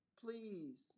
please